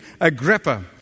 Agrippa